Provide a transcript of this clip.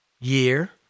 year